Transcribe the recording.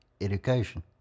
education